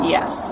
Yes